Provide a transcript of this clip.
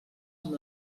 amb